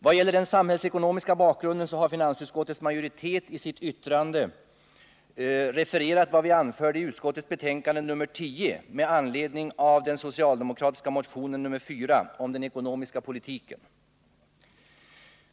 Vad gäller den samhällsekonomiska bakgrunden har finansutskottets majoritet i sitt yttrande refererat vad vi anförde i utskottets betänkande nr 10 med anledning av den socialdemokratiska motionen nr 4 om den ekonomiska politiken.